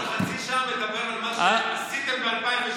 אתה חצי שעה מדבר על מה שעשיתם ב-2016.